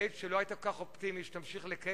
בעת שלא היית כל כך אופטימי לגבי המשך כהונתך.